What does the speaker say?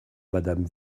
madame